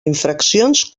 infraccions